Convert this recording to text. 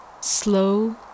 slow